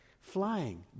flying